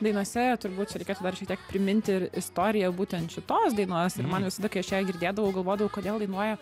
dainose turbūt čia reikėtų dar šiek tiek priminti ir istoriją būtent šitos dainos ir man visada kai aš ją girdėdavau galvodavau kodėl dainuoja